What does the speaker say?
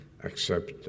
Accept